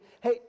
Hey